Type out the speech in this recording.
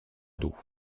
d’eau